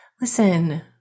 listen